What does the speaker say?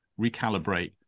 recalibrate